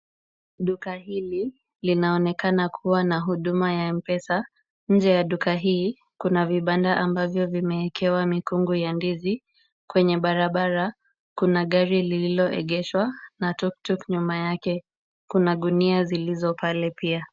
Duka hili, linaonekana kuwa na huduma ya M-Pesa. Nje ya duka hii kuna vibanda ambavyo vimeekewa mikungu ya ndizi. Kwenye barabara kuna gari lililoegeshwa na tuktuk [s] nyuma yake. Kuna gunia zilizo pale pia.